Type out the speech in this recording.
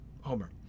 Homer